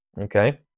Okay